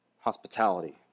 hospitality